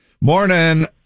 Morning